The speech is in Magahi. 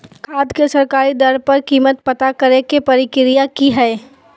खाद के सरकारी दर पर कीमत पता करे के प्रक्रिया की हय?